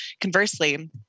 conversely